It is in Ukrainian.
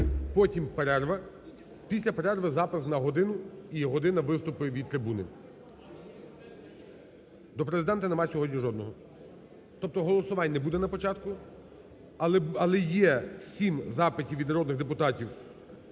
Потім – перерва. Після перерви запис на "годину", і "година виступів від трибуни". (Шум у залі) До Президента нема сьогодні жодного. Тобто голосувань не буде на початку. Але є сім запитів від народних депутатів,